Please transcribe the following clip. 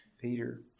Peter